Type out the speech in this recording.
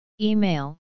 Email